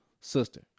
Sister